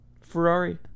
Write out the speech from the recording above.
Ferrari